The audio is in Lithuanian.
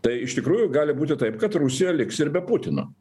tai iš tikrųjų gali būti taip kad rusija liks ir be putino